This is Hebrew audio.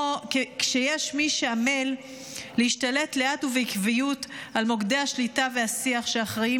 יש מי שעמל להשתלט לאט ובעקביות על מוקדי השליטה והשיח שאחראים